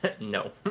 No